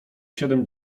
siedem